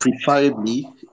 preferably